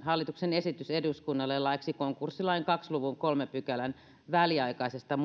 hallituksen esitys eduskunnalle laiksi konkurssilain kahden luvun kolmannen pykälän väliaikaisesta